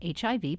HIV